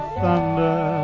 thunder